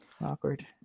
awkward